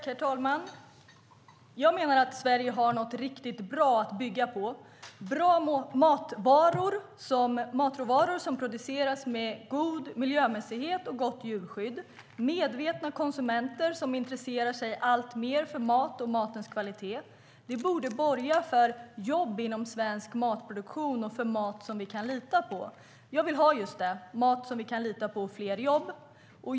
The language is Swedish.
Herr talman! Jag menar att Sverige har något riktigt bra att bygga på. Det är bra matråvaror som produceras med god miljömässighet och gott djurskydd och medvetna konsumenter som intresserar sig alltmer för mat och matens kvalitet. Det borde borga för jobb inom svensk matproduktion och för mat som vi kan lita på. Jag vill ha just det: Mat som vi kan lita på och fler jobb.